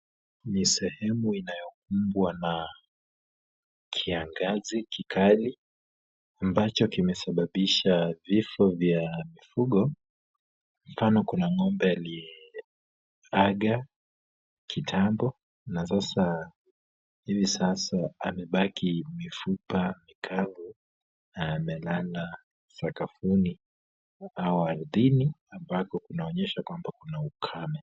Ni sehemu inayokubwa na kiangazi kikali, ambacho kimesababisha vifo vya mifugo, mfano kuna ng'ombe aliyeaga kiatambo, na sasa, hivi sasa amebaki mifupa mikavu, amelala sakafuni au ardhini ambapo kunaonyesha kwamba kuna ukame.